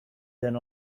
than